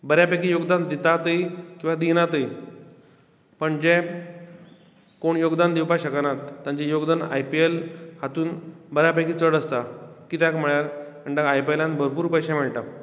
बऱ्या पेकी योगदान दितातूय किंवा दिनातूय पण जे कोण योगदान दिवपा शकनात तांचे योगदान आय पि एल हातूंत बऱ्या पेकी चड आसता कित्याक म्हळ्यार तेंका आयपीएलान भरपूर पयशे मेळटात